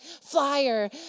flyer